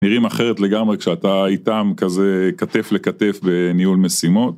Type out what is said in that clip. נראים אחרת לגמרי כשאתה איתם, כזה כתף לכתף בניהול משימות.